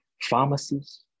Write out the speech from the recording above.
pharmacies